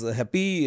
happy